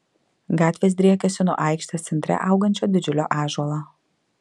gatvės driekėsi nuo aikštės centre augančio didžiulio ąžuolo